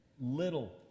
little